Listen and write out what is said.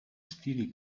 stili